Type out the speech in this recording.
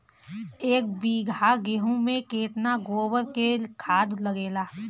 एक बीगहा गेहूं में केतना गोबर के खाद लागेला?